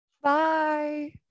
bye